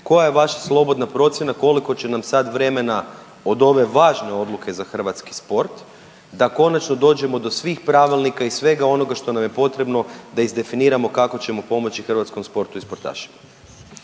Koja je vaša slobodna procjena koliko će nam sad vremena od ove važne odluke hrvatski sport da konačno dođemo do svih pravilnika i svega onoga što nam je potrebno da izdefiniramo kako ćemo pomoći hrvatskom sportu i sportašima.